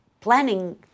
planning